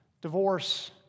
divorce